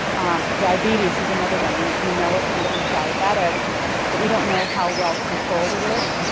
diabetes is another one. we we know if somebody is diabetic but we don't know how well controlled it is.